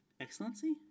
Excellency